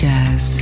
Jazz